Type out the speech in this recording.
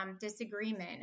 disagreement